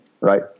right